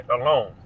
alone